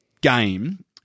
game